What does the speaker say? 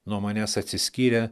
nuo manęs atsiskyrę